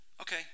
okay